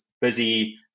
busy